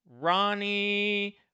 Ronnie